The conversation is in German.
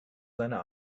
seine